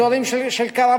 אזורים של קרוונים.